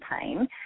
pain